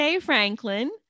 Franklin